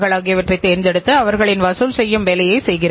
மேலும் விலைகளைக் கட்டுப்படுத்துவதன் மூலம் சந்தையை ஆளலாம்